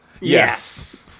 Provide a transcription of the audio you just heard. Yes